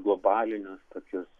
globalinius tokius